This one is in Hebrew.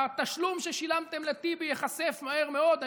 התשלום ששילמתם לטיבי ייחשף מהר מאוד,